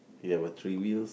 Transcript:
ya but three wheels